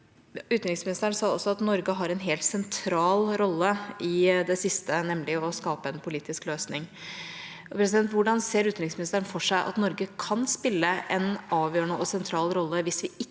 Utenriksministeren sa også at Norge har en helt sentral rolle i det siste, nemlig å skape en politisk løsning. Hvordan ser utenriksministeren for seg at Norge kan spille en avgjørende og sentral rolle hvis vi ikke